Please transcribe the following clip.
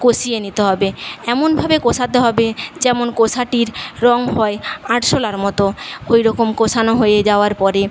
কষিয়ে নিতে হবে এমনভাবে কষাতে হবে যেন কষাটির রং হয় আরশোলার মতো ওই রকম কষানো হয়ে যাওয়ার পরে